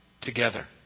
together